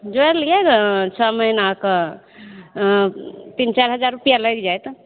जोड़ि लियऽ ने छओ महीना के तीन चारि हजार रुपैआ लागि जायत